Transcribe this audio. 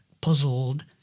puzzled